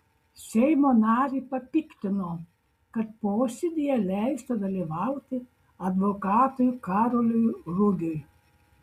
seimo narį papiktino kad posėdyje leista dalyvauti advokatui karoliui rugiui